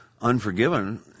Unforgiven